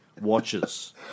watches